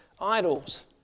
idols